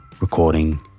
recording